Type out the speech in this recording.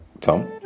Tom